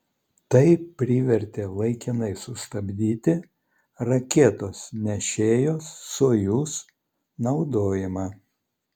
tai privertė laikinai sustabdyti raketos nešėjos sojuz naudojimą